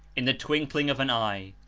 in the twinkling of an eye.